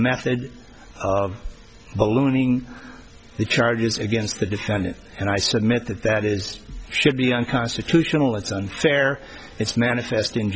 method a looming the charges against the defendant and i submit that that is should be unconstitutional it's unfair it's manifesting